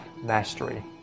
mastery